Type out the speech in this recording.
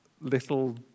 little